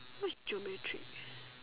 what is geometric